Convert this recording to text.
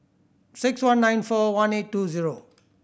six one nine four one eight two zero